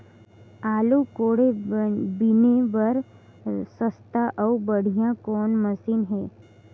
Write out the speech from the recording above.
आलू कोड़े बीने बर सस्ता अउ बढ़िया कौन मशीन हे?